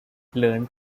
learned